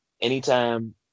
anytime